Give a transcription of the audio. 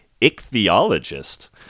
ichthyologist